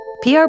PR